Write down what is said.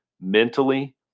mentally